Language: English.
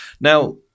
Now